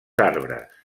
arbres